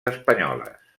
espanyoles